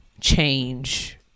change